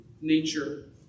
nature